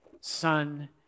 Son